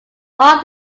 off